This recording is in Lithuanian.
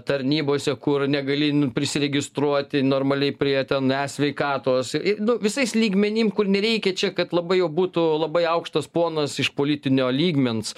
tarnybose kur negali nu prisiregistruoti normaliai prie ten e sveikatos ir nu visais lygmenim kur nereikia čia kad labai jau būtų labai aukštas ponas iš politinio lygmens